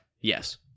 Yes